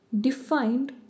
defined